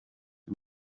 him